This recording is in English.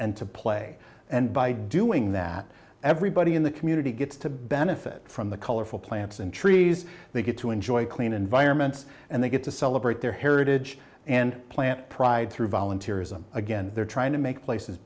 and to play and by doing that everybody in the community gets to benefit from the colorful plants and trees they get to enjoy clean environments and they get to celebrate their heritage and plant pride through volunteer ism again they're trying to make places